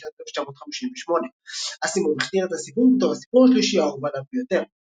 בשנת 1958. אסימוב הכתיר את הסיפור בתור הסיפור השלישי האהוב עליו ביותר.